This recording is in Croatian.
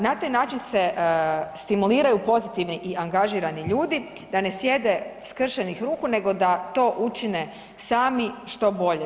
Na taj način se stimuliraju pozitivni i angažirani ljudi da ne sjede skršenih ruku nego da to učine sami što bolje.